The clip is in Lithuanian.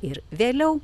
ir vėliau